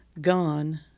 gone